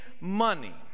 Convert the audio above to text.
money